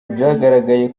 byagaragaye